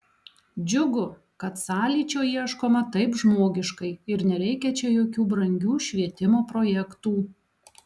džiugu kad sąlyčio ieškoma taip žmogiškai ir nereikia čia jokių brangių švietimo projektų